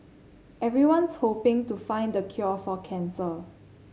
everyone's hoping to find the cure for cancer